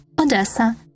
Odessa